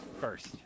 first